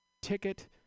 Ticket